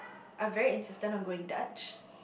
are very insistent on going Dutch